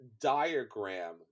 diagram